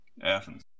Athens